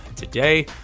today